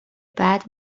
بعد